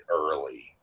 early